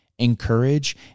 encourage